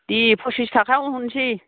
दे फसिस थाखा हरनोसै